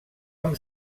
amb